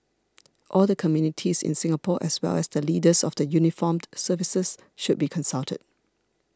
all the communities in Singapore as well as the leaders of the uniformed services should be consulted